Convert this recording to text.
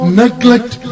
neglect